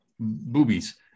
Boobies